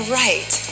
right